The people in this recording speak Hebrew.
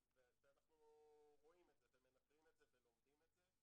ואנחנו רואים את זה ומנתרים את זה ולומדים את זה.